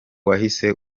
wahise